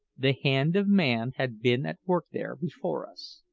the hand of man had been at work there before us.